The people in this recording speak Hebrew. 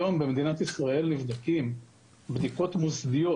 היום נבדקים במדינת ישראל בבדיקות מוסדיות